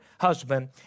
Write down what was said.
husband